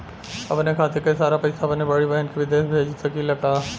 अपने खाते क सारा पैसा अपने बड़ी बहिन के विदेश भेज सकीला का?